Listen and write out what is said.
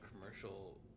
commercial